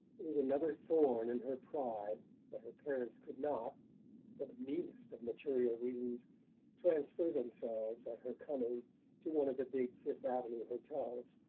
it was another thorn in her pride that her parents could not for the meanest of material reasons transfer themselves at her coming to one of the big fifth avenue hotels.